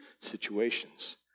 situations